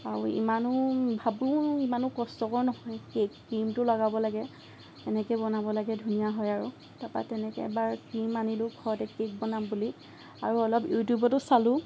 আৰু ইমানো ভাবোঁ ইমানো কষ্টকৰ নহয় কেক ক্ৰিমটো লগাব লাগে এনেকে বনাব লাগে ধুনীয়া হয় আৰু তাৰপৰা তেনেকে এবাৰ ক্ৰিম আনিলোঁ ঘৰতে কেক বনাম বুলি আৰু অলপ ইউটিউবটো চালোঁ